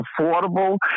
affordable